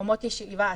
במקום ציבורי או